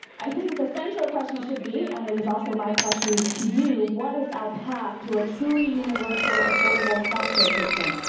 i think the central question should be and it is also my question to you, what is our ah path to a truly universal, affordable healthcare system?